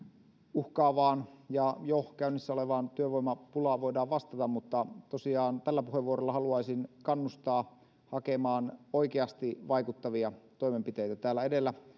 uhkaavaan ja jo käynnissä olevaan työvoimapulaan voidaan vastata mutta tällä puheenvuorolla haluaisin kannustaa hakemaan oikeasti vaikuttavia toimenpiteitä täällä edellä